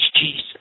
Jesus